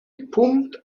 pumpt